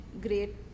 great